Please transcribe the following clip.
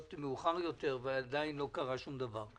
מאוחר יותר ועדיין לא קרה שום דבר.